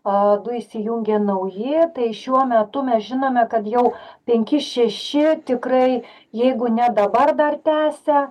a du įsijungė nauji tai šiuo metu mes žinome kad jau penki šeši tikrai jeigu ne dabar dar tęsia